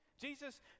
Jesus